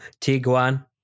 Tiguan